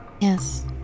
Yes